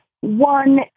One